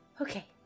Okay